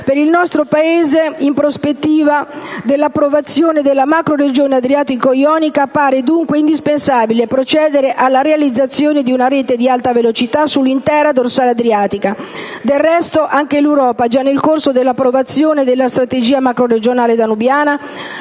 per il nostro Paese, in prospettiva dell'approvazione della macroregione adriatico-ionica, appare dunque indispensabile procedere alla realizzazione di una rete ad alta velocità sull'intera dorsale adriatica. Del resto, anche l'Europa, già nel corso dell'approvazione della strategia macroregionale danubiana,